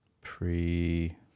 Pre